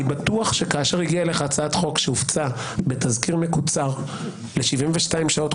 אני בטוח שכאשר הגיעה אליך הצעת חוק שהופצה בתזכיר מקוצר ל-72 שעות,